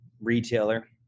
retailer